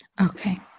Okay